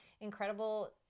incredible